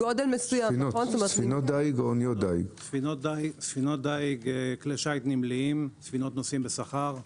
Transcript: ספינות דיג, כלי שיט נמליים, ספינות נוסעים בשכר,